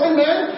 Amen